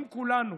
אם כולנו